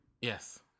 Yes